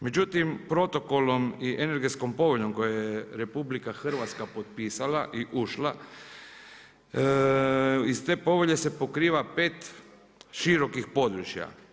Međutim, protokolom i energetskom poveljom koje je RH potpisala i ušla iz te povelje se pokriva 5 širokih područja.